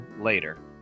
later